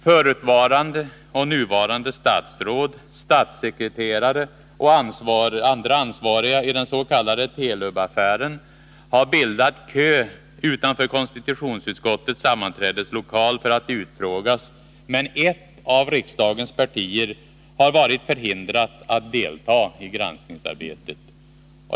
Förutvarande och nuvarande statsråd, statssekreterare och andra ansvariga i den s.k. Telub-affären har bildat kö utanför konstitutionsutskottets sammanträdeslokal för att utfrågas, men ett av riksdagens partier har varit förhindrat att delta i granskningsarbetet.